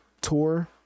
tour